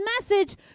message